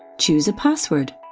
choose a password.